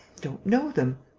don't know them.